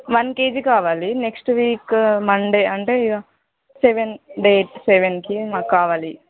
one KG కావాలి next week Monday అంటే seven date సెవెన్కి మాకు కావాలి